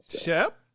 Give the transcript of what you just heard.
Shep